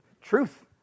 truth